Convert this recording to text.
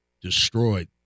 destroyed